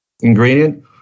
ingredient